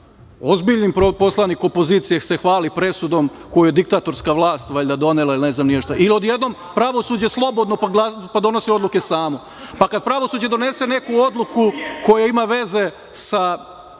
ozbiljni poslanik opozicije se hvali presudom koju diktatorska vlast valjda donela ili ne znam ja šta. I odjednom, pravosuđe slobodno, pa donosi odluke samo. Kada pravosuđe donese neku odluku koja ima veze sa